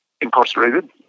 Incarcerated